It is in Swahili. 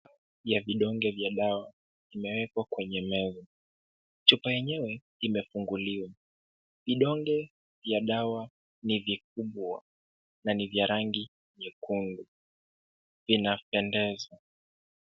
Ya vidonge vya dawa imewekwa kwenye meza. Chupa yenyewe, imefunguliwa. Vidonge vya dawa ni vikubwa na ni vya rangi nyekundu. Vinatandazwa.